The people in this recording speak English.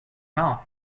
mouth